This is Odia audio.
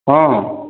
ହଁ